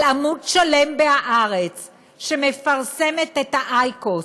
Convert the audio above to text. על עמוד שלם, בהארץ שמפרסמת את האייקוס,